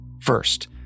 First